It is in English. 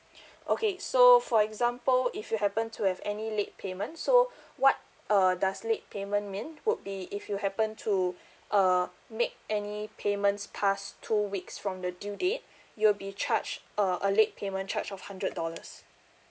okay so for example if you happen to have any late payment so what uh does late payment mean would be if you happen to uh make any payments past two weeks from the due date you will be charge uh a late payment charge of hundred dollars